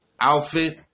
outfit